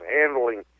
handling